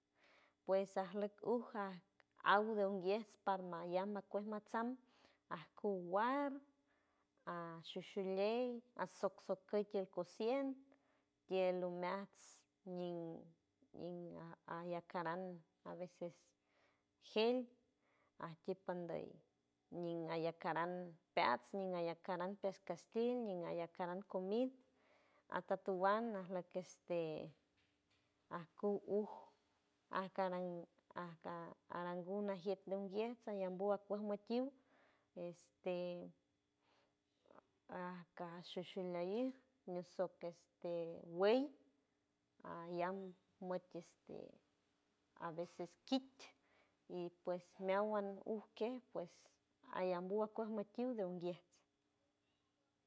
Pues arlok uja aw de unguies parmayam macuer matsam acu ward a shushuliel atso soc ñin ñin ayacaran nin ayacran pescaski acu uj acaran acarangu